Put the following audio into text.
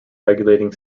regulating